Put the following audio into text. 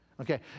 Okay